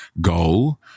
goal